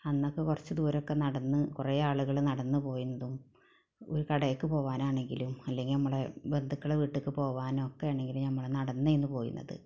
അന്നൊക്കെ കുറച്ച് ദൂരയൊക്കെ നടന്ന് കുറെ ആളുകള് നടന്ന് പോയിരുന്നതും ഈ കടയിലേക്ക് പോകാനാണെങ്കിലും അല്ലെങ്കിൽ നമ്മുടെ ബന്ധുക്കളുടെ വീട്ടിലേക്ക് പോകാനൊക്കെ ആണെങ്കിലും നമ്മൾ നടന്നാണ് പോയിരുന്നത്